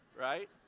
right